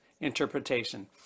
interpretation